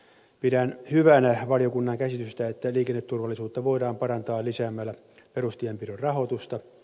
pidän hyvänä valiokunnan käsitystä että liikenneturvallisuutta voidaan parantaa lisäämällä perustienpidon rahoitusta